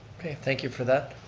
okay, thank you for that,